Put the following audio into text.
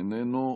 איננו,